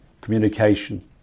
communication